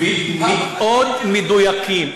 הם מאוד מדויקים,